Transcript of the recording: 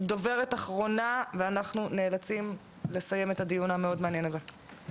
דוברת אחרונה ואנחנו נאלצים לסיים את הדיון המאוד מעניין הזה.